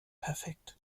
perfekt